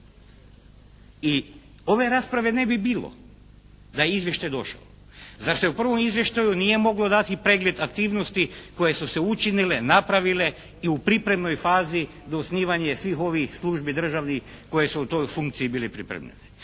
I ove rasprave ne bi bilo da je izvještaj došao. Zar se u prvom izvještaju nije mogao dati pregled aktivnosti koje su se učinile, napravile i u pripremnoj fazi do osnivanja svih ovih službi državnih koje su u toj funkciji bili pripremljeni.